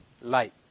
Light